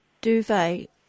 duvet